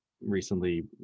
recently